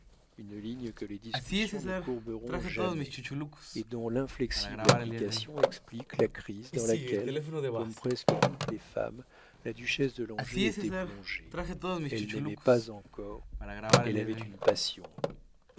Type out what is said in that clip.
une ligne que les discussions ne courberont jamais et dont l'inflexible application explique la crise dans laquelle comme presque toutes les femmes la duchesse de langeais était plongée elle n'aimait pas encore elle avait une passion